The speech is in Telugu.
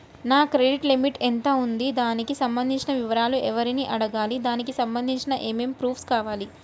నా క్రెడిట్ లిమిట్ ఎంత ఉంది? దానికి సంబంధించిన వివరాలు ఎవరిని అడగాలి? దానికి సంబంధించిన ఏమేం ప్రూఫ్స్ కావాలి?